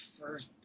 first